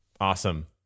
Awesome